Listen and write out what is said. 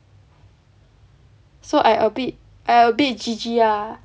so I a bit I a bit G_G ah